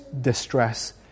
distress